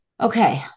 Okay